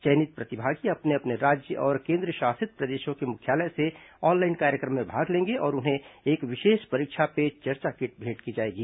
चयनित प्रतिभागी अपने अपने राज्य और केन्द्रशासित प्रदेशों के मुख्यालय से ऑनलाइन कार्यक्रम में भाग लेंगे और उन्हें एक विशेष परीक्षा पे चर्चा किट भेंट की जाएगी